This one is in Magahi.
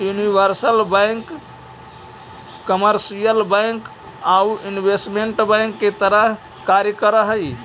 यूनिवर्सल बैंक कमर्शियल बैंक आउ इन्वेस्टमेंट बैंक के तरह कार्य कर हइ